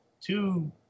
two